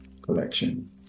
collection